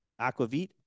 aquavit